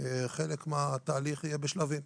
חלק מהתהליך יהיה בשלבים.